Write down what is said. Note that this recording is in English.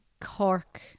Cork